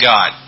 God